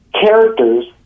characters